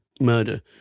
Murder